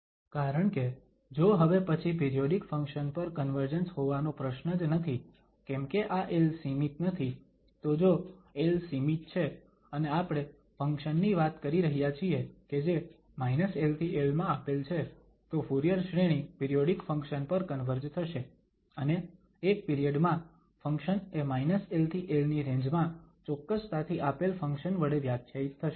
કારણકે જો હવે પછી પિરિયોડીક ફંક્શન પર કન્વર્જન્સ હોવાનો પ્રશ્ન જ નથી કેમકે આ l સીમિત નથી તો જો l સીમિત છે અને આપણે ફંક્શન ની વાત કરી રહ્યા છીએ કે જે l થી l માં આપેલ છે તો ફુરીયર શ્રેણી પિરિયોડીક ફંક્શન પર કન્વર્જ થશે અને એક પિરિયડ માં ફંક્શન એ l થી l ની રેન્જ માં ચોક્કસતાથી આપેલ ફંક્શન વડે વ્યાખ્યાયિત થશે